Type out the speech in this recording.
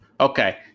Okay